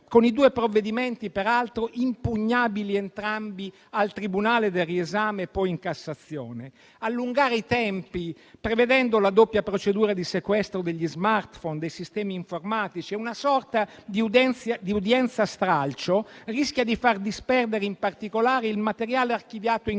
con i due provvedimenti peraltro impugnabili entrambi al tribunale del riesame e poi in Cassazione. Allungare i tempi prevedendo la doppia procedura di sequestro degli *smartphone* e dei sistemi informatici è una sorta di udienza stralcio che rischia di far disperdere in particolare il materiale archiviato in